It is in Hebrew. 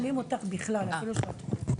כמה שאני זוכר,